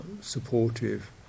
supportive